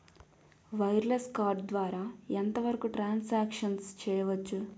Wireless card ద్వారా ఎంత వరకు ట్రాన్ సాంక్షన్ చేయవచ్చు?